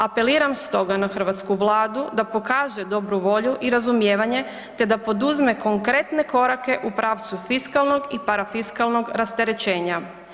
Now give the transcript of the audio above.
Apeliram stoga na hrvatsku Vladu da pokaže dobru volju i razumijevanje te da poduzme konkretne korake u pravcu fiskalnog i parafiskalnog rasterećenja.